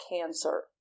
cancer